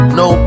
no